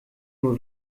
nur